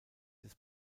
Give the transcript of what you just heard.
des